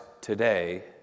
today